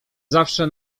zawsze